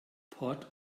port